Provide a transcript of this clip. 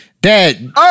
Dad